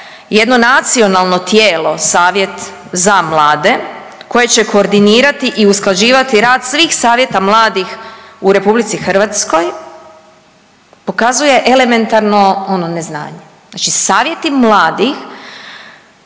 jedno nacionalno tijelo, savjet za mlade koje će koordinirati i usklađivati rad svih savjeta mladih u RH, pokazuje elementarno ono, neznanje. Znači savjeti mladih